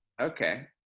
Okay